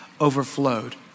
overflowed